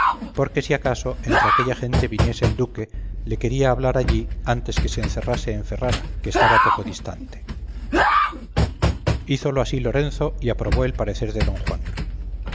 porque si acaso entre aquella gente viniese el duque le quería hablar allí antes que se encerrase en ferrara que estaba poco distante hízolo así lorenzo y aprobó el parecer de don juan